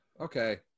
Okay